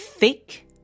thick